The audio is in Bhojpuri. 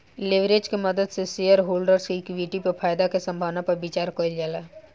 लेवरेज के मदद से शेयरहोल्डर्स के इक्विटी पर फायदा के संभावना पर विचार कइल जाला